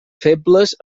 febles